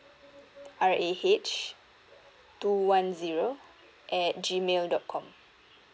r a h two one zero at G mail dot com